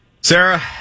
Sarah